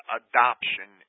adoption